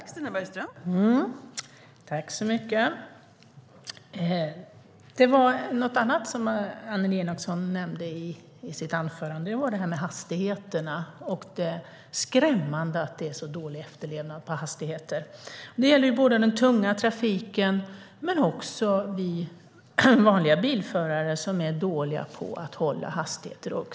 Fru talman! Tack så mycket för svaret! Något annat som Annelie Enochson nämnde i sitt anförande var detta med hastigheterna och att det var skrämmande att det är så dålig efterlevnad av de gränserna. Det gäller den tunga trafiken men också vi vanliga bilförare, som är dåliga på att hålla hastigheter.